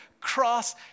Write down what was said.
cross